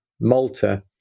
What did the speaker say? Malta